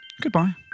Goodbye